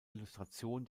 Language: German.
illustration